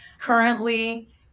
Currently